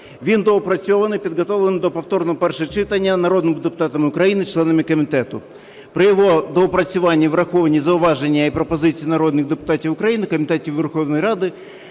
Він доопрацьований, підготовлений до повторного першого читання народними депутатами України, членами комітету. При його доопрацюванні враховані зауваження і пропозиції народних депутатів України, комітетів Верховної Ради,